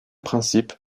principe